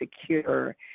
secure